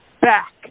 back